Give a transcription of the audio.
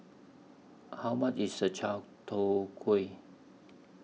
How much IS The Chai Tow Kway